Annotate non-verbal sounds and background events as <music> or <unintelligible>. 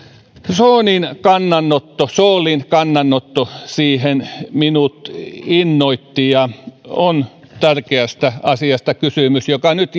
soolin kannanotto soolin kannanotto siihen minut innoitti ja on kysymys tärkeästä asiasta joka nyt <unintelligible>